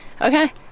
okay